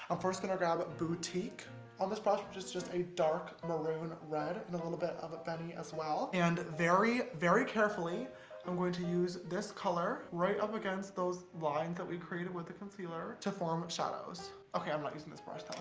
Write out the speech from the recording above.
first gonna grab boutique on this brush, which is just a dark maroon red, and a little bit of benny as well, and very, very carefully i'm going to use this color right up against those lines that we created with the concealer to form shadows. okay i'm not using this brush, that